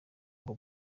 ngo